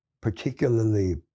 particularly